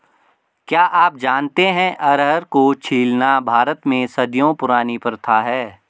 क्या आप जानते है अरहर को छीलना भारत में सदियों पुरानी प्रथा है?